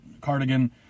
cardigan